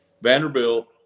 Vanderbilt